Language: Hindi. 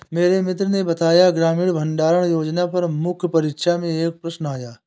मेरे मित्र ने बताया ग्रामीण भंडारण योजना पर मुख्य परीक्षा में एक प्रश्न आया